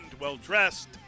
well-dressed